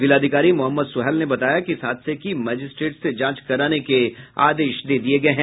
जिलाधिकारी मोहम्मद सुहैल ने बताया कि इस हादसे की मजिस्ट्रेट से जांच कराने के आदेश दे दिये गये हैं